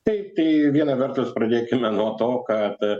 taip tai viena vertus pradėkime nuo to kad